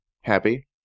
happy